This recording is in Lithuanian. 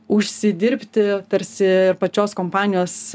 užsidirbti tarsi pačios kompanijos